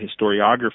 historiography